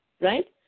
right